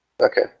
Okay